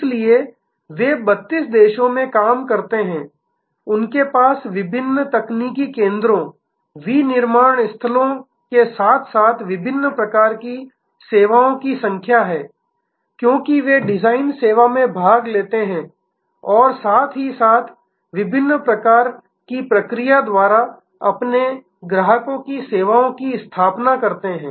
इसलिए वे 32 देशों में काम करते हैं उनके पास विभिन्न तकनीकी केंद्रों विनिर्माण स्थलों के साथ साथ विभिन्न प्रकार की सेवाओं की संख्या है क्योंकि वे डिजाइन सेवा में भाग लेते हैं और साथ ही साथ विभिन्न प्रकार की प्रक्रिया द्वारा अपने ग्राहकों की सेवाओं की स्थापना करते हैं